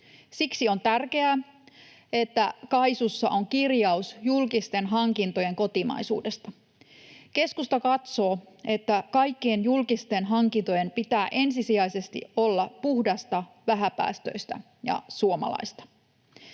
Siksi on tärkeää, että KAISUssa on kirjaus julkisten hankintojen kotimaisuudesta. Keskusta katsoo, että kaikkien julkisten hankintojen pitää ensisijaisesti olla puhdasta, vähäpäästöistä ja suomalaista.